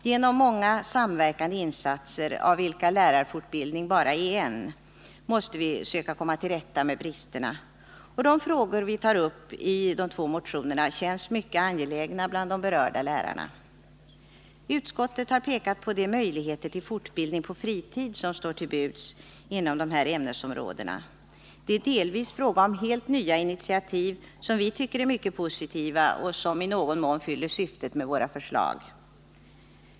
Genom många samverkande insatser, av vilka lärarfortbildningen bara är en, måste vi söka komma till rätta med bristerna, och de frågor vi tar upp i de två motionerna känns mycket angelägna bland de berörda lärarna. Utskottet har pekat på de möjligheter till fortbildning på fritid som står till buds inom de här ämnesområdena. Det är delvis fråga om helt nya initiativ, som vi tycker är mycket positiva och som i någon mån fyller syftet med våra förslag.